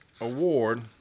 award